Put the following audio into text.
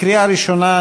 לקריאה ראשונה.